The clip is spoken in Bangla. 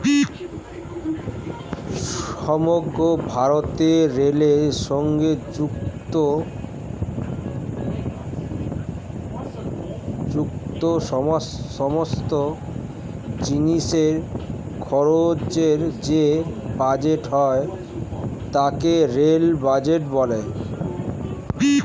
সমগ্র ভারতে রেলের সঙ্গে যুক্ত সমস্ত জিনিসের খরচের যে বাজেট হয় তাকে রেল বাজেট বলা হয়